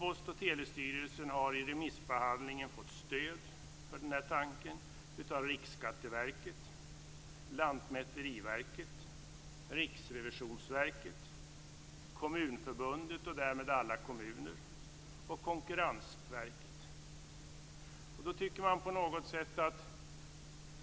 Post och telestyrelsen har i remissbehandlingen fått stöd för denna tanke av Riksskatteverket, Lantmäteriverket, Riksrevisionsverket, Kommunförbundet - och därmed alla kommuner - och Konkurrensverket.